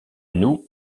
nous